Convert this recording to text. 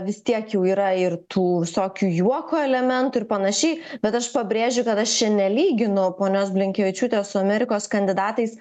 vis tiek jų yra ir tų visokių juoko elementų ir panašiai bet aš pabrėžiu kad aš čia nelyginu ponios blinkevičiūtės su amerikos kandidatais